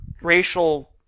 racial